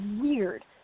weird